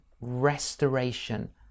restoration